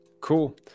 Cool